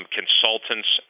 consultants